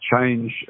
Change